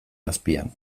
azpian